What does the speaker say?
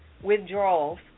withdrawals